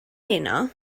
heno